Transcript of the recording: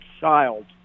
child